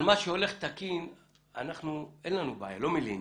על מה שהולך תקין אין לנו בעיה, לא מלינים.